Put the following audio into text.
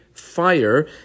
fire